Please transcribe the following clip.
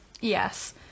Yes